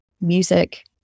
music